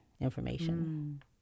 information